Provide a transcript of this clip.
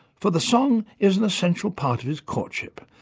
for the song is an essential part of his courtship.